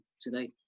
today